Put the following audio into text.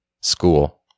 school